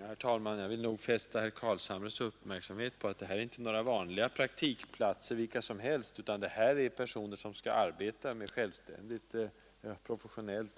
Herr talman! Jag vill fästa herr Carlshamres uppmärksamhet på att det här inte är några praktikplatser vilka som helst. Det gäller personer som skall arbeta med självständigt